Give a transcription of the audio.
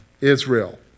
Israel